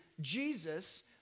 Jesus